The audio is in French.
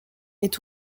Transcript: est